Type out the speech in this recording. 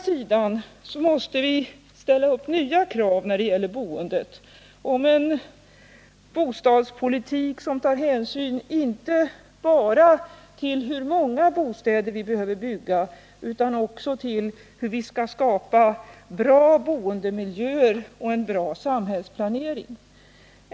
Men vi måste också ställa upp nya krav om en bostadspolitik som tar hänsyn inte bara till hur många bostäder vi behöver bygga utan också till hur vi skall skapa bra boendemiljöer och en bra samhällsplanering.